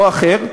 או אחר,